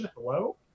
hello